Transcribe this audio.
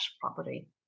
property